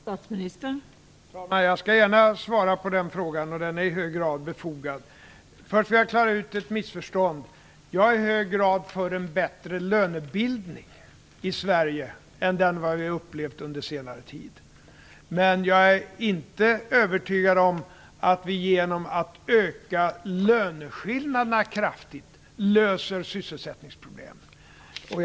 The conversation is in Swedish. Fru talman! Jag skall gärna svara på den frågan - den är i hög grad befogad. Först vill jag klara ut ett missförstånd. Jag är i hög grad för en bättre lönebildning i Sverige än den vi har upplevt under senare tid. Men jag är inte övertygad om att vi genom att öka löneskillnaderna kraftigt löser sysselsättningsproblemen.